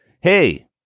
Hey